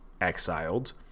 exiled